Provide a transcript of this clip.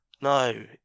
No